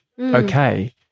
okay